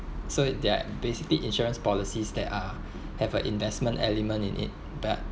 so they're basically insurance policies that are have a investment element in it but